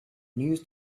news